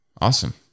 Awesome